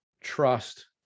trust